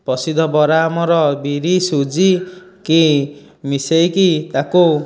ପ୍ରସିଦ୍ଧ ବରା ଆମର ବିରି ସୁଜିକି ମିଶେଇକି ତାକୁ